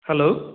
hello